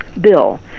bill